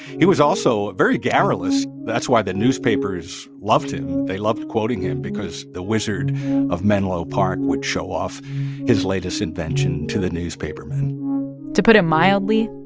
he was also very garrulous. that's why the newspapers loved him. they loved quoting him because the wizard of menlo park would show off his latest invention to the newspapermen to put it mildly,